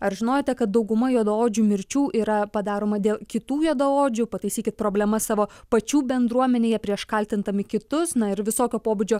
ar žinojote kad dauguma juodaodžių mirčių yra padaroma dėl kitų juodaodžių pataisykit problemas savo pačių bendruomenėje prieš kaltindami kitus na ir visokio pobūdžio